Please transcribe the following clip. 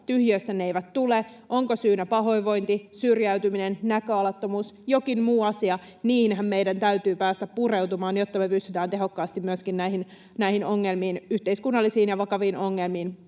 Tyhjiöstä ne eivät tule. Onko syynä pahoinvointi, syrjäytyminen, näköalattomuus, jokin muu asia — niihinhän meidän täytyy päästä pureutumaan, jotta me pystytään tehokkaasti myöskin puuttumaan näihin yhteiskunnallisiin ja vakaviin ongelmiin.